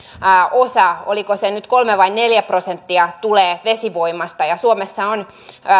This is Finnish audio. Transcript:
osa oliko se nyt kolme vai neljä prosenttia tulee vesivoimasta ja suomessa on